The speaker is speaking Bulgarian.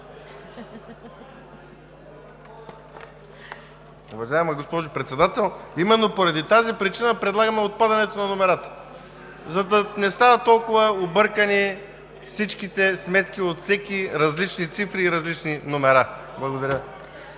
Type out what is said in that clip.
Уважаема госпожо Председател, именно поради тази причина предлагаме отпадането на номерата, за да не стават толкова объркани всичките сметки от всеки – различни цифри и различни номера. Благодаря.